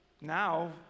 now